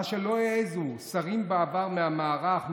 מה שלא העזו שרים בעבר מהמערך,